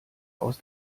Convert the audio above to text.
aus